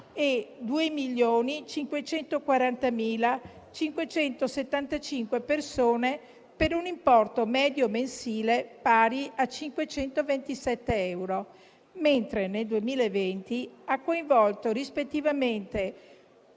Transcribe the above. e 2.540.575 persone, per un importo medio mensile pari a 527 euro, mentre nel 2020 ha coinvolto rispettivamente